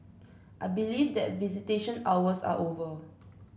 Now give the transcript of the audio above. I believe that visitation hours are over